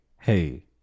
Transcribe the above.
hey